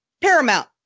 Paramount